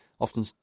often